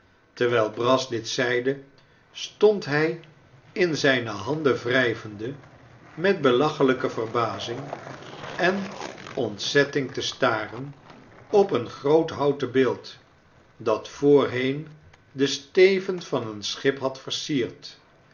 terwijl brass dit zeide stond hij in zijne handen wrijvende met belachelijke verbazing en ontzetting te staren op een groot houten beeld dat voorheen den steven van een schip had versierd